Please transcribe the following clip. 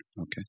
okay